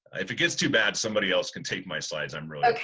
if it gets too bad somebody else can take my slides i'm wrong